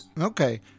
Okay